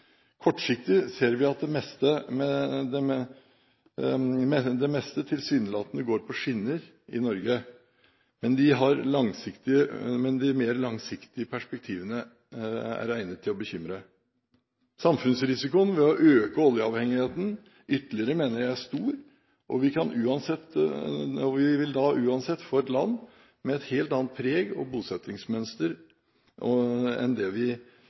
det meste tilsynelatende går på skinner i Norge, men de mer langsiktige perspektivene er egnet til å bekymre. Samfunnsrisikoen ved å øke oljeavhengigheten ytterligere mener jeg er stor, og vi vil uansett få et land med et helt annet preg og bosettingsmønster enn det vi